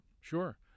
Sure